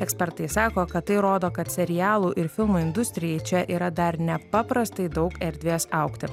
ekspertai sako kad tai rodo kad serialų ir filmų industrijai čia yra dar nepaprastai daug erdvės augti